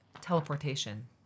Teleportation